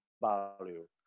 value